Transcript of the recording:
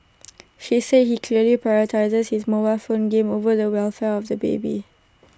she said he clearly prioritised his mobile phone game over the welfare of the baby